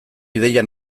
ideia